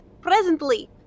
presently